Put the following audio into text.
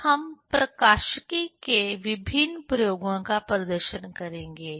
फिर हम प्रकाशिकी पर विभिन्न प्रयोगों का प्रदर्शन करेंगे